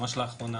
ממש לאחרונה,